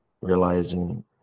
realizing